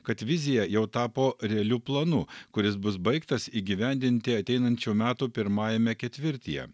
kad vizija jau tapo realiu planu kuris bus baigtas įgyvendinti ateinančių metų pirmajame ketvirtyje